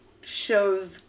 shows